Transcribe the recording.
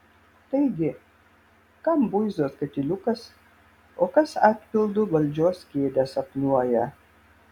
taigi kam buizos katiliukas o kas atpildu valdžios kėdę sapnuoja